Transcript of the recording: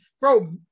Bro